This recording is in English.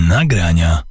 Nagrania